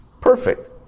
Perfect